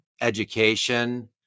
education